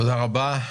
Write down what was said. תודה רבה.